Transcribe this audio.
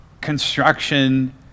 construction